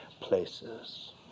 places